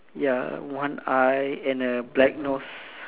ya one eye and a black nose